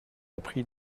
appris